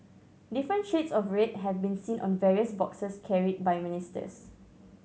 different shades of red have been seen on various boxes carried by ministers